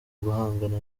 guhangana